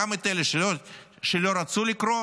גם אלה שלא רצו לקרוא